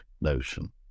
notion